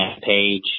page